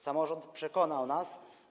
Samorząd przekonał nas.